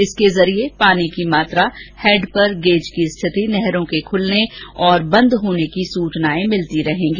इसके जरिये पानी की मात्रा हैड पर गेज की स्थिति नहरों के खूलने और बंद होने की सूचनाएं भिलती रहेगी